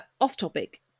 off-topic